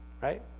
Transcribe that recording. right